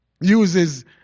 uses